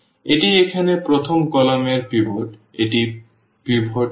এটি এখানে প্রথম কলাম এর পিভট এটি পিভট নয়